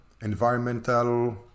environmental